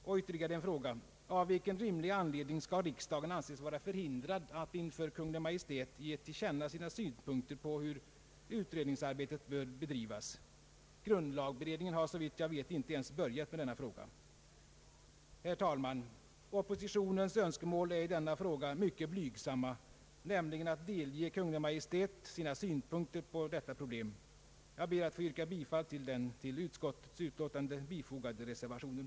Och ytterligare en fråga: Av vilken rimlig anledning skall riksdagen anses vara förhindrad att för Kungl. Maj:t ge till känna sina synpunkter på hur utredningsarbetet bör bedrivas? Grundlagberedningen har såvitt jag vet inte ens börjat med denna fråga. Herr talman! Oppositionens önskemål är i detta fall mycket blygsamma. Vi vill nämligen att riksdagen skall delge Kungl. Maj:t sina synpunkter på problemet. Jag ber att få yrka bifall till den vid utskottets utlåtande fogade reservationen.